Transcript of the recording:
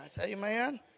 Amen